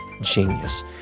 genius